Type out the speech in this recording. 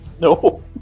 no